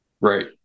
Right